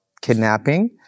kidnapping